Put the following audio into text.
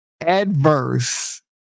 adverse